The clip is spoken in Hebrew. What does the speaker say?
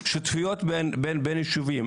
שותפויות בין ישובים.